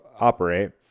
operate